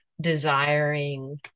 desiring